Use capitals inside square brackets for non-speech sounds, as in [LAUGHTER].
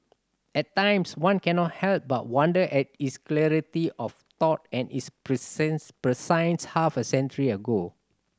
at times one cannot help but wonder at his clarity of thought and his [UNINTELLIGIBLE] prescience half a century ago